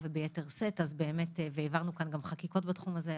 וביתר שאת והעברנו כאן גם חקיקות בתחום הזה,